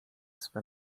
swe